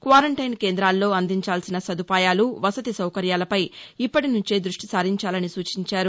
quarantine కేందాలలో అందించాల్సిన సదుపాయాలు వసతి సౌకర్యాలపై ఇప్పటి నుంచే దృష్టి సారించాలని సూచించారు